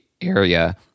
area